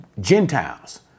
Gentiles